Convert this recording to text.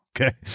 Okay